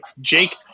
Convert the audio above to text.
Jake